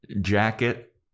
jacket